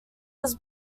was